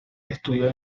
estudió